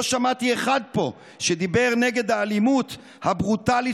לא שמעתי אחד פה שדיבר נגד האלימות הברוטלית